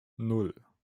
nan